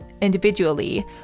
individually